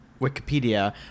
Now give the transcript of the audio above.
wikipedia